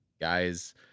Guys